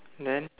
then